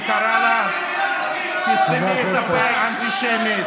ולאותו גפני שקרא לה "תסתמי את הפה, אנטישמית".